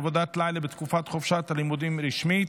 (עבודת לילה בתקופת חופשת לימודים רשמית),